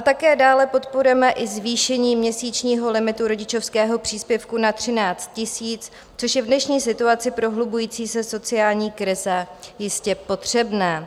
Také dále podporujeme i zvýšení měsíčního limitu rodičovského příspěvku na 13 000, což je v dnešní situaci prohlubující se sociální krize jistě potřebné.